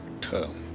term